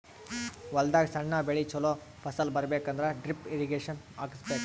ಹೊಲದಾಗ್ ಸಣ್ಣ ಬೆಳಿ ಚೊಲೋ ಫಸಲ್ ಬರಬೇಕ್ ಅಂದ್ರ ಡ್ರಿಪ್ ಇರ್ರೀಗೇಷನ್ ಹಾಕಿಸ್ಬೇಕ್